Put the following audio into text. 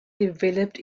developed